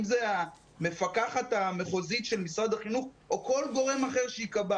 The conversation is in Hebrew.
אם זאת המפקחת המחוזית של משרד החינוך או כל גורם אחר שייקבע.